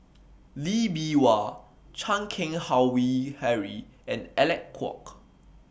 Lee Bee Wah Chan Keng Howe Harry and Alec Kuok